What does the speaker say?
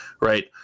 right